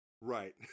Right